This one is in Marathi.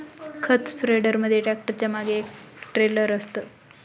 खत स्प्रेडर मध्ये ट्रॅक्टरच्या मागे एक ट्रेलर असतं